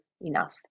enough